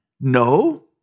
No